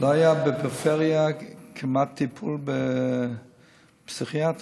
לא היה בפריפריה כמעט טיפול בפסיכיאטריה.